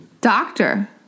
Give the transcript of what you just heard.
Doctor